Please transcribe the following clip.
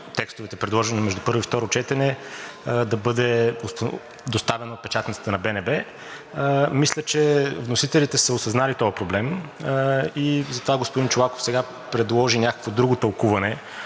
текстовете, предложени между първо и второ четене, да бъде доставена от Печатницата на БНБ, мисля, че вносителите са осъзнали този проблем и затова господин Чолаков сега предложи някакво друго тълкуване